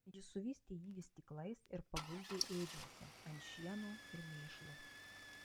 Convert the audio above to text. ji suvystė jį vystyklais ir paguldė ėdžiose ant šieno ir mėšlo